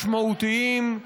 משמעותיים,